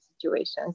situations